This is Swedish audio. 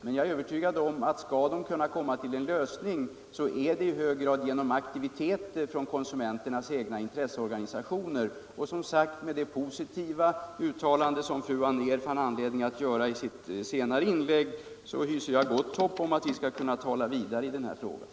Men jag är övertygad om alt skall en lösning komma till stånd får det i hög grad ske genom aktiviteter från konsumenternas egna intresseorganisationer. Och med det positiva uttalande fru Anér fann anledning göra i sitt senare inlägg hyser jag gott hopp om att vi skall kunna tala vidare i den här frågan.